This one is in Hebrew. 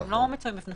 והן לא נמצאות בפניכם.